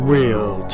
Real